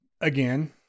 Again